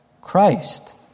Christ